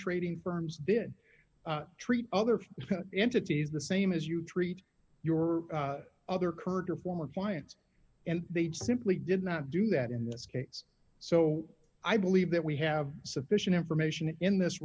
trading firms did treat other entities the same as you treat your other kurds or former clients and they'd simply did not do that in this case so i believe that we have sufficient information in this